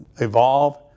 evolve